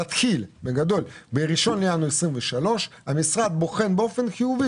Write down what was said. תתחיל באחד בינואר 23'. המשרד בוחן באופן חיובי